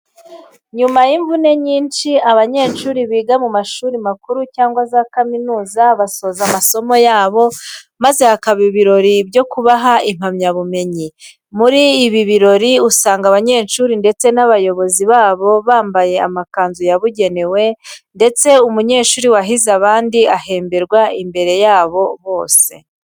Nyuma y'imvune nyinshi, abanyeshuri biga mu mashuri makuru cyangwa za kaminuza basoza amasomo yabo maze hakaba ibirori byo kubaha impamyabumenyi. Muri ibi birori usanga abanyeshuri ndetse n'abayobozi babo bambaye amakanzu yabugenewe ndetse umunyeshuri wahize abandi ahemberwa imbere ya bose.